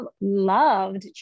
loved